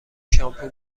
شامپو